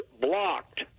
blocked